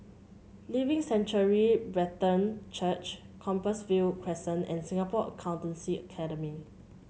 Living Sanctuary Brethren Church Compassvale Crescent and Singapore Accountancy Academy